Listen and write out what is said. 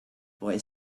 boy